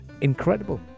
Incredible